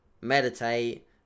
meditate